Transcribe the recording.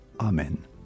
amen